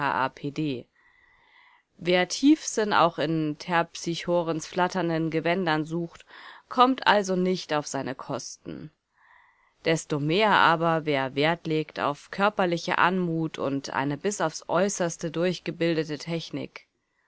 a p d wer tiefsinn auch in terpsichorens flatternden gewändern sucht kommt also nicht auf seine kosten desto mehr aber wer wert legt auf körperliche anmut und eine bis aufs äußerste durchgebildete technik